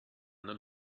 not